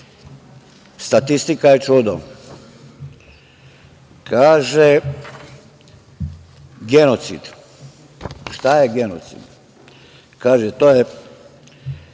statistika je čudo. Kaže, genocid? Šta je genocid? Kaže, to je